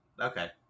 Okay